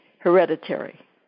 Hereditary